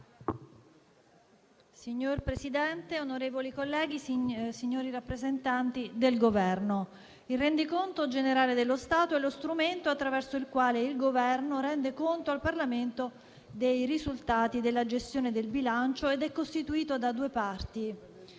Signor Presidente, onorevoli colleghi, signori rappresentanti del Governo, il rendiconto generale dello Stato è lo strumento attraverso il quale il Governo rende conto al Parlamento dei risultati della gestione del bilancio ed è costituito da due parti: